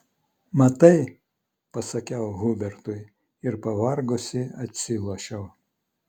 matai pasakiau hubertui ir pavargusi atsilošiau